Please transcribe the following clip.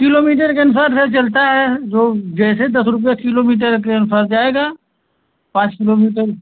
kilometre के अनुसार sir चलता है जो जैसे दस रुपये किलोमीटर के अनुसार जाएगा पाँच किलोमीटर